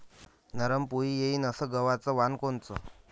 नरम पोळी येईन अस गवाचं वान कोनचं?